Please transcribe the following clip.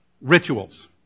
rituals